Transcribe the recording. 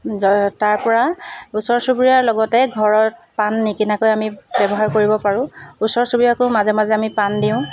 যাৰ তাৰপৰা ওচৰ চুবুৰীয়াৰ লগতে ঘৰৰ পাণ নিকিনাকৈ আমি ব্যৱহাৰ কৰিব পাৰোঁ ওচৰ চুবুৰীয়াকো মাজে মাজে আমি পাণ দিওঁ